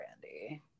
brandy